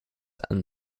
and